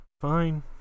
fine